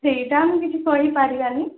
ସେଇଟା ଆମେ କିଛି କହିପାରିବାନି